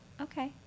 okay